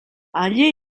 allí